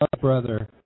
brother